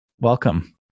Welcome